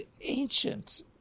ancient